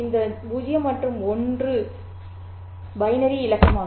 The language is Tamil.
இந்த 0 மற்றும் 1 பைனரி இலக்கமாகும்